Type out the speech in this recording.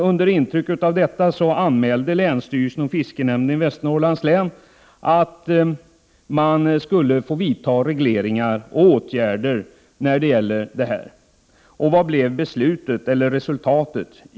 Under intryck av detta anmälde länsstyrelsen och fiskenämnden i Västernorrlands län att man kunde få vidta regleringar och åtgärder. Vad blev resultatet?